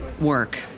work